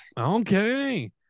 Okay